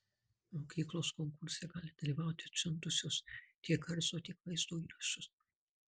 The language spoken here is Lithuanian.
mokyklos konkurse gali dalyvauti atsiuntusios tiek garso tiek vaizdo įrašus